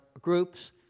groups